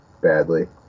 badly